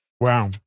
Wow